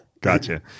gotcha